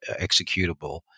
executable